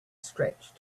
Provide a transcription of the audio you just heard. stretch